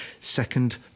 second